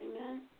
Amen